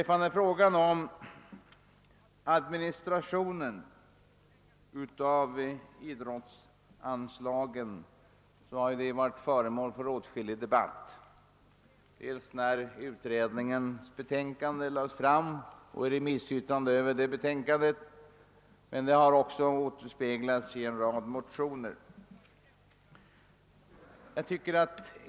Frågan om administrationen av idrottsanslagen har varit föremål för åtskillig debatt dels i samband med framläggandet av idrottsutredningens betänkande och vid remissbehandling av detta, dels i en rad motioner i anslutning till propositionen.